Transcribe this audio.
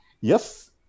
Yes